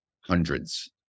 hundreds